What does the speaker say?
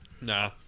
Nah